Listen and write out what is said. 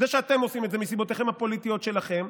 זה שאתם עושים את זה מסיבותיכם הפוליטיות שלכם,